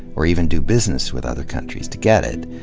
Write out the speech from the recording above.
or even do business with other countries to get it.